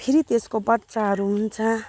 फेरि त्यसको बच्चाहरू हुन्छ